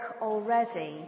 already